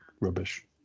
rubbish